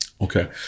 Okay